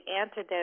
antidote